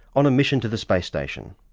on a mission to the space station.